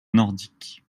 nordique